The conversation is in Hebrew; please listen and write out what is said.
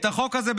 את החוק הזה,